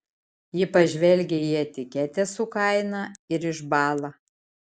ji pažvelgia į etiketę su kaina ir išbąla